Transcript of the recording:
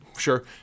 Sure